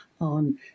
on